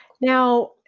Now